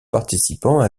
participant